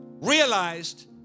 realized